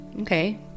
Okay